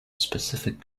specific